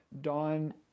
Dawn